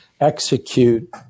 execute